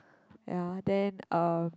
ya then uh